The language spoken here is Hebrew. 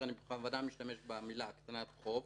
אני בכוונה משתמש במילה "הקטנת חוב",